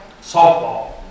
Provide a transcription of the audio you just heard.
softball